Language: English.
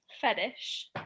fetish